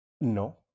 No